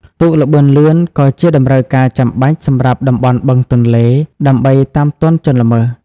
ទូកល្បឿនលឿនក៏ជាតម្រូវការចាំបាច់សម្រាប់តំបន់បឹងទន្លេ ដើម្បីតាមទាន់ជនល្មើស។